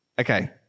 Okay